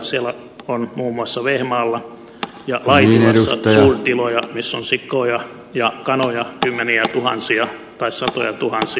siellä on muun muassa vehmaalla ja laitilassa suurtiloja missä on sikoja ja kanoja kymmeniätuhansia tai satojatuhansia